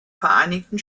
vereinigten